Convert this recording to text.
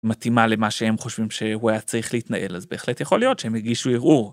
מתאימה למה שהם חושבים שהוא היה צריך להתנהל אז בהחלט יכול להיות שהם הגישו ערעור.